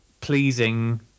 pleasing